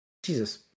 Jesus